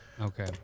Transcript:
okay